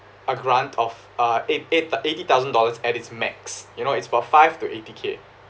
a grant of uh eight~ eight~ eighty thousand dollars at its max you know it's about five to eighty k